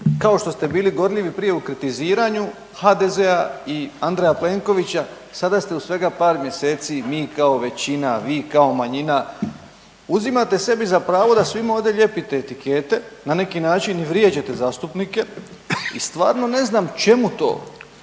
kao što ste bili gorljivi prije u kritiziranju HDZ-a i Andreja Plenkovića, sada ste u svega par mjeseci mi kao većina, vi kao manjina, uzimate sebi za pravo da svima ovdje lijepite etikete na neki način i vrijeđate zastupnike i stvarno ne znam čemu to,